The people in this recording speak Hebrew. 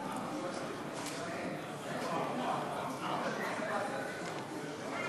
שלוש דקות לרשותך.